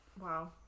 Wow